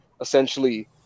essentially